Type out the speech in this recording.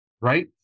Right